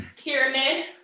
pyramid